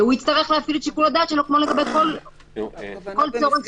והוא יצטרך להפעיל את שיקול הדעת שלו כמו לגבי כל צורך חיוני אחר.